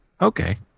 okay